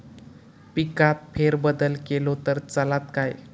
पिकात फेरबदल केलो तर चालत काय?